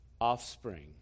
offspring